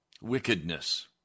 wickedness